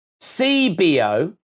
CBO